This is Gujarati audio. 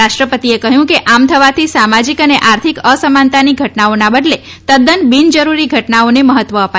રાષ્ટ્રપતિએ કહ્યું કે આમ થવાથી સામાજીક અને આર્થિક અસમાનતાની ઘટનાઓના બદલે તદ્દન બિનજરૂરી ઘટનાઓને મહત્વ અપાય છે